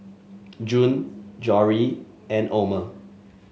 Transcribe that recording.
June Jory and Omer